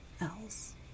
else